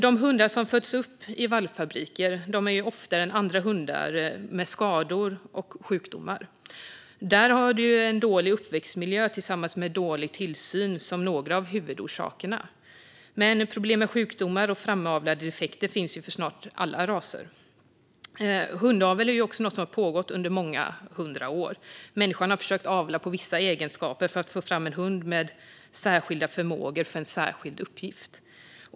De hundar som föds upp i valpfabriker har oftare än andra hundar skador och sjukdomar. Där är en dålig uppväxtmiljö tillsammans med dålig tillsyn några av huvudorsakerna. Problem med sjukdomar och framavlade defekter finns dock för snart sagt alla raser. Hundavel är något som har pågått under många hundra år. Människan har försökt att avla på vissa egenskaper för att få fram en hund med särskilda förmågor för en särskild uppgift.